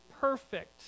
perfect